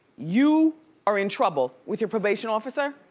you are in trouble with your probation officer?